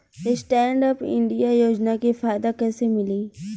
Stand up India योजना के फायदा कैसे मिली?